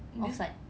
offside